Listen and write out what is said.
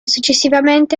successivamente